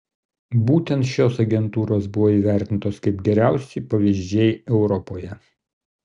būtent šios agentūros buvo įvertintos kaip geriausi pavyzdžiai europoje